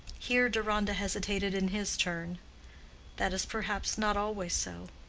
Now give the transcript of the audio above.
here deronda hesitated in his turn that is perhaps not always so.